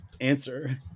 answer